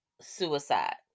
suicide